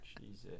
Jesus